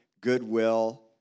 goodwill